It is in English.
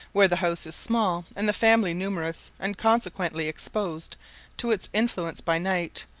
where the house is small, and the family numerous, and consequently exposed to its influence by night,